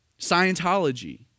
Scientology